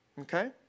okay